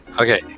Okay